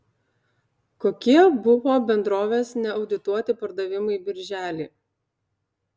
kokie buvo bendrovės neaudituoti pardavimai birželį